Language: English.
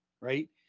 right